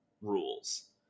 rules